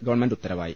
government ഉത്തരവായി